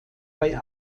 bei